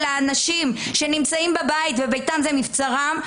של האנשים שנמצאים בבית וביתם הוא מבצרם,